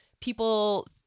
people